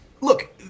look